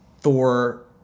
Thor